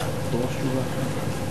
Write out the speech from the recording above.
אתה פשוט רצית לסדר את